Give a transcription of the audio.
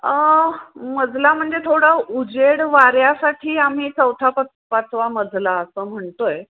मजला म्हणजे थोडं उजेड वाऱ्यासाठी आम्ही चौथा प पाचवा मजला असं म्हणतो आहे